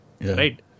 Right